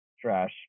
trash